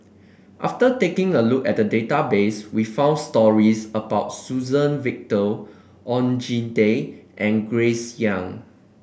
after taking a look at the database we found stories about Suzann Victor Oon Jin Teik and Grace Young